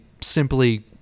simply